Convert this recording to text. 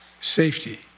Safety